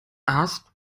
erst